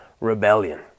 rebellion